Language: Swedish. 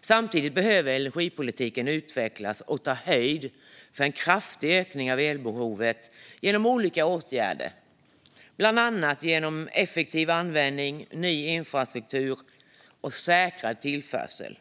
Samtidigt behöver energipolitiken utvecklas och ta höjd för en kraftig ökning av elbehovet genom olika åtgärder, bland annat effektiv användning, ny infrastruktur och säkrad tillförsel.